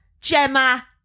Gemma